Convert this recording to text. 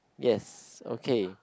ya okay